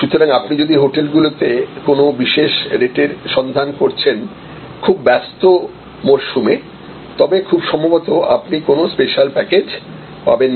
সুতরাং আপনি যদি হোটেলটিতে কোনও বিশেষ রেটের সন্ধান করছেন খুব ব্যস্ত মরসুমে তবে খুব সম্ভবত আপনি কোন স্পেশাল প্যাকেজ পাবেন না